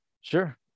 sure